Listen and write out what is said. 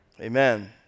Amen